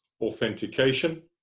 authentication